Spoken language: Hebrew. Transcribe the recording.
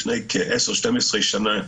לפני כ-12,10 שנה,